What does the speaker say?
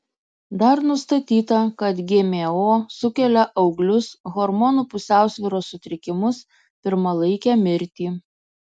dar nustatyta kad gmo sukelia auglius hormonų pusiausvyros sutrikimus pirmalaikę mirtį